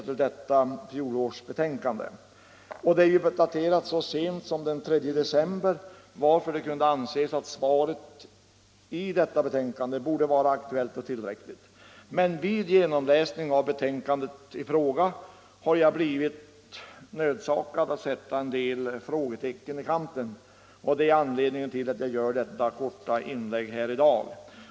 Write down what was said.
Fjolårets betänkande är daterat så sent som den 3 december, varför det kunde anses att svaret i det betänkandet borde vara tillräckligt aktuellt. Men vid genomläsning av betänkandet i fråga har jag blivit nödsakad att sätta en del frågetecken i kanten, och det är anledningen till att jag gör detta korta inlägg i dag.